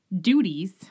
Duties